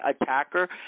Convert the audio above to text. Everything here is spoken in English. attacker